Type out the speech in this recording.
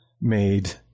made